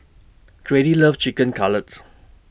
Grady loves Chicken Cutlet